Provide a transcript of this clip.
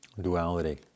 Duality